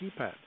keypad